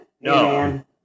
No